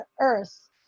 earth